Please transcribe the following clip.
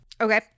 Okay